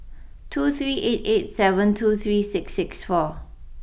two three eight eight seven two three six six four